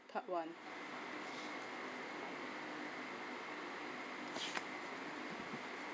part one